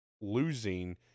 losing